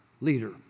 leader